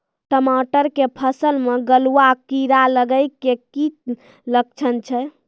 टमाटर के फसल मे गलुआ कीड़ा लगे के की लक्छण छै